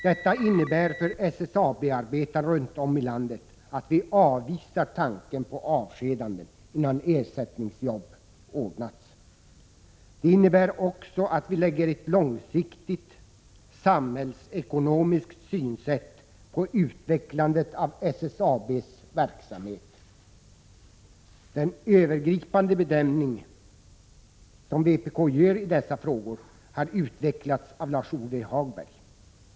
Detta innebär för SSAB-arbetarna runt om i landet att vi avvisar tanken på avskedanden innan ersättningsjobb ordnats. Det innebär också att vi lägger ett långsiktigt samhällsekonomiskt synsätt på utvecklandet av SSAB:s verksamhet. Den övergripande bedömning som vpk gör dessa frågor har utvecklats av Lars-Ove Hagberg.